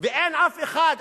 ואין אף אחד,